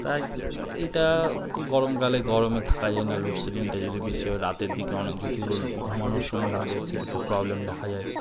তাই এইটা গরমকালে গরমে থাকা যায় না লোডশেডিংটা যদি বেশি হয় রাতের দিকে অনেক যদি ঘুমানোর সময় হয়ে যায় সেক্ষেত্রে প্রবলেম দেখা যায়